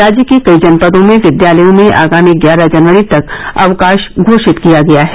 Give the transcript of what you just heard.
राज्य के कई जनपदों में विद्यालयों में आगामी ग्यारह जनवरी तक अवकाश घोषित किया गया है